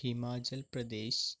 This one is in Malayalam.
ഹിമാചൽ പ്രദേശ്